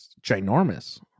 ginormous